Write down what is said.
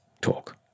talk